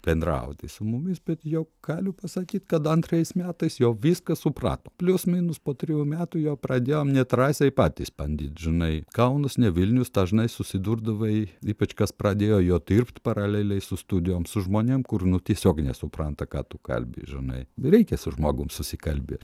bendrauti su mumis bet jau galiu pasakyt kad antrais metais jau viską supratom plius minus po trijų metų jau pradėjom nedrąsiai patys bandyt žinai kaunas ne vilnius dažnai susidurdavai ypač kas pradėjo jau dirbt paraleliai su studijom su žmonėm kur nu tiesiog nesupranta ką tu kalbi žinai reikia su žmogum susikalbėt